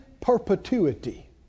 perpetuity